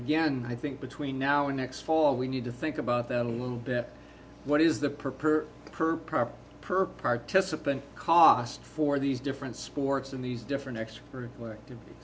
again i think between now and next fall we need to think about that a little bit what is the per person per hour per participant cost for these different sports in these different extracurricular activit